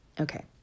Okay